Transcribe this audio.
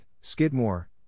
Skidmore